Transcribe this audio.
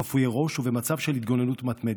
חפויי ראש ובמצב של התגוננות מתמדת,